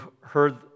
heard